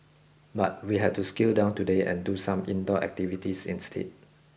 but we had to scale down today and do some indoor activities instead